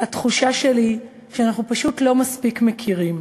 התחושה שלי היא שאנחנו פשוט לא מספיק מכירים.